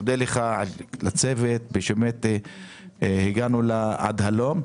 מודה לך ולצוות שבאמת הגענו עד הלום,